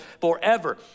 forever